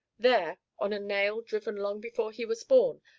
there, on a nail driven long before he was born,